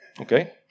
Okay